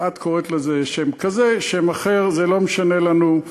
את קוראת לזה בשם כזה, בשם אחר, זה לא משנה לנו.